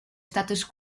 status